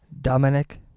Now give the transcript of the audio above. Dominic